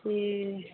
ठीक